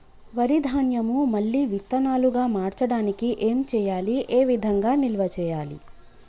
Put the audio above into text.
వరి ధాన్యము మళ్ళీ విత్తనాలు గా మార్చడానికి ఏం చేయాలి ఏ విధంగా నిల్వ చేయాలి?